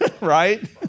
Right